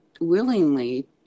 willingly